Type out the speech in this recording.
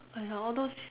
ya all those